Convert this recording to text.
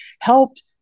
helped